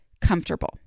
comfortable